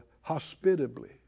hospitably